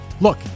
Look